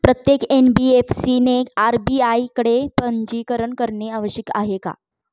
प्रत्येक एन.बी.एफ.सी ने आर.बी.आय कडे पंजीकरण करणे आवश्यक आहे का?